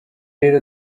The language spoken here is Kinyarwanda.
rero